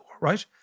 right